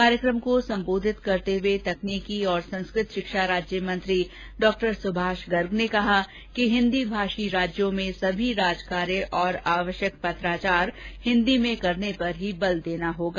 कार्यक्रम को संबोधित करते हुए तकनीकी और संस्कृत शिक्षा राज्य मंत्री डॉ सुभाष गर्ग ने कहा कि हिन्दी भाषी राज्यों में सभी राज कार्य तथा आवश्यक पत्राचार हिन्दी में ही करने पर बल देना होगा